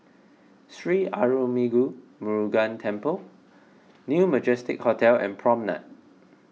Sri Arulmigu Murugan Temple New Majestic Hotel and Promenade